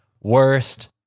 worst